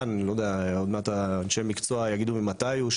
- עוד מעט אנשי מקצוע יגידו ממתי הוא,